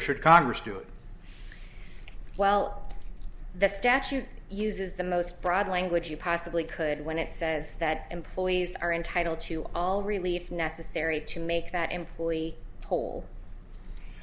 should congress do it well the statute uses the most broad language you possibly could when it says that employees are entitled to all relief necessary to make that employee poll